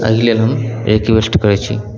एहि लेल हम रिक्वेस्ट करै छी